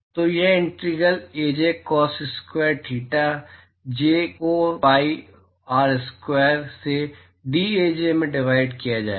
तो यह integral A J cos square theta J को पाई आर स्क्वायर से डीएजे में डिवाइड किया जाएगा